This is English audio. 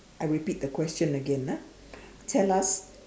I repeat the question again ah tell us